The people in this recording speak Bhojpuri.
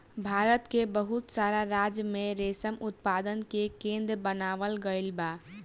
भारत के बहुत सारा राज्य में रेशम उत्पादन के केंद्र बनावल गईल बा